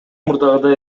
мурдагыдай